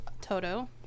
Toto